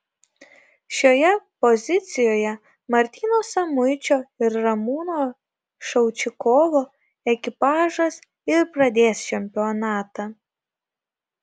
šioje pozicijoje martyno samuičio ir ramūno šaučikovo ekipažas ir pradės čempionatą